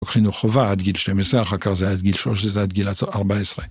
חוק חינוך חובה עד גיל 12, ‫אחר כך זה עד גיל 3, ‫וזה עד גיל 14.